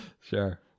sure